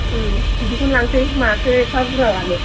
ओम बिदिखौनो लांसै माथो एफ्फा बुरजा लानो